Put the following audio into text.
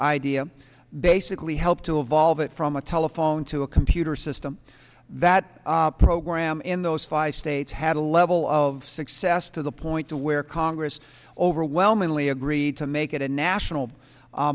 idea basically helped to evolve it from a telephone to a computer system that program in those five states had a level of success to the point to where congress overwhelmingly agreed to make it a national